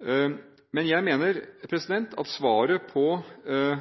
Jeg mener at svaret på